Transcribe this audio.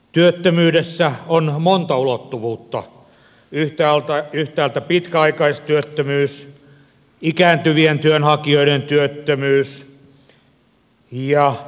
työttömyydessä on monta ulottuvuutta yhtäältä pitkäaikaistyöttömyys ikääntyvien työnhakijoiden työttömyys ja nuorisotyöttömyys